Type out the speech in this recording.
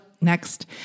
next